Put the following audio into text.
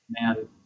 man